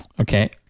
Okay